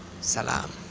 salam